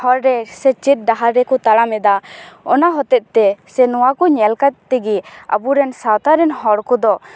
ᱦᱚᱨ ᱨᱮ ᱥᱮ ᱪᱮᱫ ᱰᱟᱦᱟᱨ ᱨᱮᱠᱚ ᱛᱟᱲᱟᱢ ᱮᱫᱟ ᱚᱱᱟ ᱦᱚᱛᱮᱜ ᱛᱮ ᱱᱚᱶᱟ ᱠᱚ ᱧᱮᱞ ᱠᱟᱛᱮ ᱜᱮ ᱟᱵᱚᱨᱮᱱ ᱥᱟᱶᱛᱟ ᱨᱮᱱ ᱦᱚᱲ ᱠᱚᱫᱚ